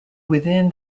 within